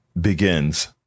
begins